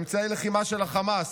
אמצעי לחימה של החמאס.